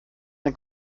ein